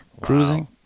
cruising